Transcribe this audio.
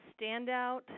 standout